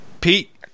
Pete